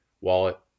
wallet